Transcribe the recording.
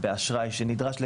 באשראי שנדרש לשם.